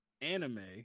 anime